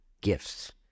gifts